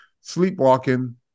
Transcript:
sleepwalking